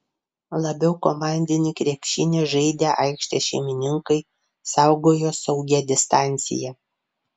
labiau komandinį krepšinį žaidę aikštės šeimininkai saugojo saugią distanciją